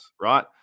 Right